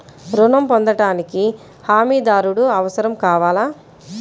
ఋణం పొందటానికి హమీదారుడు అవసరం కావాలా?